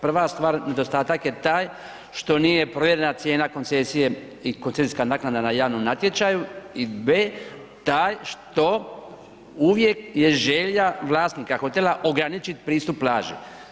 Prva stvar, nedostatak je taj što nije provjerena cijena koncesije i koncesijska naknada na javnom natječaju i b) taj što uvijek je želja vlasnika hotela ograničit pristup plaži.